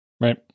right